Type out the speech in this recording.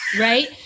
right